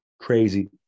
crazy